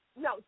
No